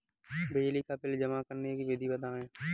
बिजली का बिल जमा करने की विधि बताइए?